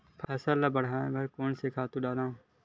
फसल ल बढ़ाय कोन से खातु डालन?